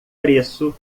preço